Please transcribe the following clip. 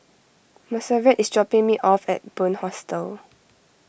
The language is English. Monserrat is dropping me off at Bunc Hostel